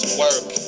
work